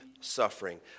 suffering